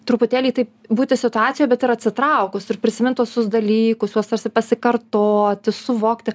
truputėlį taip būti situacijoj bet ir atsitraukus ir prisimint tuos visus dalykus juos tarsi pasikartoti suvokti